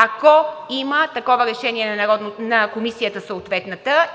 Ако има такова решение на съответната комисия,